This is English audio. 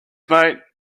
mate